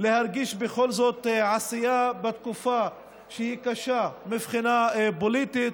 להרגיש בכל זאת עשייה בתקופה שהיא קשה מבחינה פוליטית.